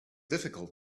difficult